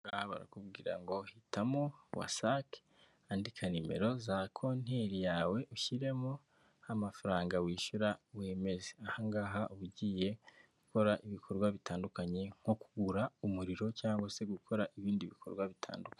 Ahangaha barakubwira ngo hitamo wasake, andika nimero za konteri yawe ushyiremo amafaranga wishyura ubundi wemeze. Ahangaha uba ugiye gukora ibikorwa bitandukanye , nko kugura umuriro, cyangwa gukora ibindi bikorwa bitandukanye.